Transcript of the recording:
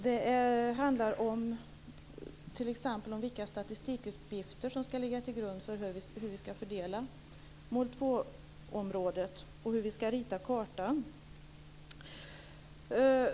Det handlar t.ex. om vilka statistikuppgifter som ska ligga till grund för hur vi ska fördela mål 2-området och hur vi ska rita kartan.